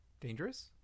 Dangerous